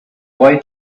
boy